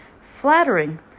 flattering